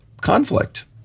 conflict